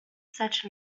such